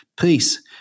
peace